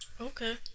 Okay